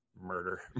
murder